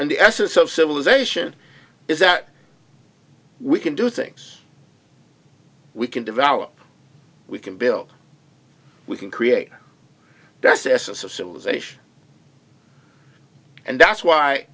and the essence of civilization is that we can do things we can develop we can build we can create that's the essence of civilization and that's why